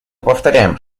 повторяем